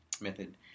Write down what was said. method